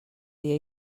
dia